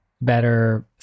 better